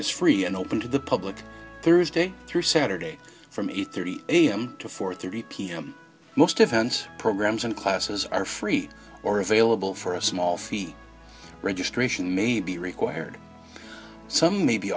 is free and open to the public thursday through saturday for me thirty am to four thirty pm most defense programs and classes are free or available for a small fee registration may be required some may be